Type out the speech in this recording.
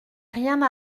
rien